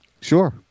Sure